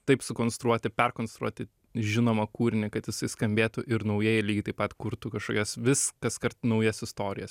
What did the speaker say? taip sukonstruoti perkonstruoti žinomą kūrinį kad jisai skambėtų ir naujai ir lygiai taip pat kurtų kažkokias vis kaskart naujas istorijas